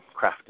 crafted